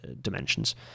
dimensions